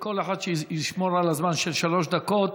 כל אחד שישמור על הזמן, שלוש דקות.